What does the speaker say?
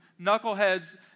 knuckleheads